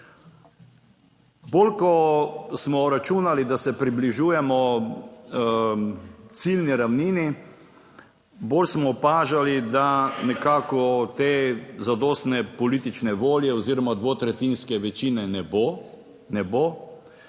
Bolj ko smo računali, da se približujemo ciljni ravnini, bolj smo opažali, da nekako te zadostne politične volje oziroma dvotretjinske večine ne bo. Ne bo.